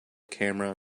camera